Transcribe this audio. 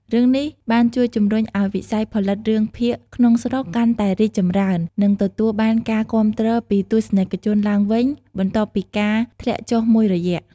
រឿងនេះបានជួយជំរុញឱ្យវិស័យផលិតរឿងភាគក្នុងស្រុកកាន់តែរីកចម្រើន និងទទួលបានការគាំទ្រពីទស្សនិកជនឡើងវិញ បន្ទាប់ពីការធ្លាក់ចុះមួយរយៈ។